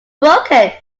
broken